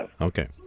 Okay